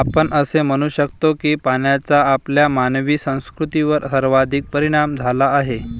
आपण असे म्हणू शकतो की पाण्याचा आपल्या मानवी संस्कृतीवर सर्वाधिक परिणाम झाला आहे